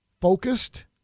focused